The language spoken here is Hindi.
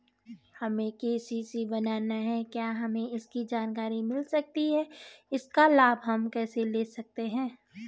हमें के.सी.सी बनाना है क्या हमें इसकी जानकारी मिल सकती है इसका लाभ हम कैसे ले सकते हैं?